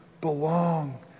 belong